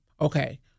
okay